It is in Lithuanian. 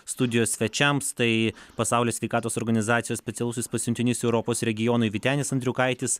studijos svečiams tai pasaulio sveikatos organizacijos specialusis pasiuntinys europos regionui vytenis andriukaitis